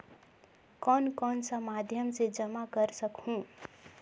कौन कौन सा माध्यम से जमा कर सखहू?